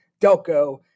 Delco